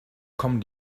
kommen